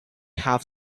half